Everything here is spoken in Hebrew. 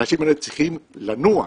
האנשים האלה צריכים לנוע,